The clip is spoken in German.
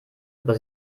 über